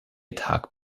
tag